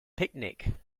picnic